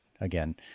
again